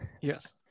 Yes